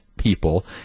people